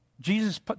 Jesus